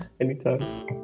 anytime